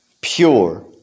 Pure